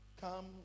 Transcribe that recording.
come